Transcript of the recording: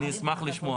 אני אשמח לשמוע,